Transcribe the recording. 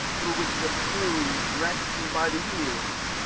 through which the furies dragg'd me by the heels.